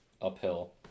uphill